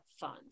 fund